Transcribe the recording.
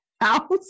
house